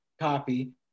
copy